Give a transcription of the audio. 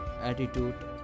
attitude